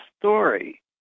story